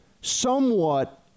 somewhat